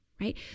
right